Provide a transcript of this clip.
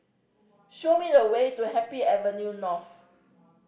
show me the way to Happy Avenue North